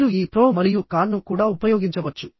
మీరు ఈ ప్రో మరియు కాన్ ను కూడా ఉపయోగించవచ్చు